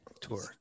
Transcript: tour